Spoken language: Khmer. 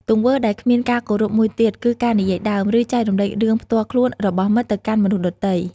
ទង្វើដែលគ្មានការគោរពមួយទៀតគឺការនិយាយដើម ឬចែករំលែករឿងផ្ទាល់ខ្លួនរបស់មិត្តទៅកាន់មនុស្សដទៃ។